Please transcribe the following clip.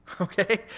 Okay